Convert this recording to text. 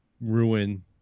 ruin